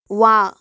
वाह